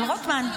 על הנסיעה